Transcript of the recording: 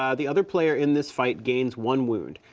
um the other player in this fight gains one wound.